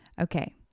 Okay